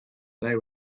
they